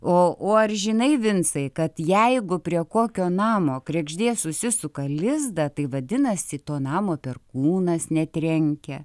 o o ar žinai vincai kad jeigu prie kokio namo kregždė susisuka lizdą tai vadinasi to namo perkūnas netrenkia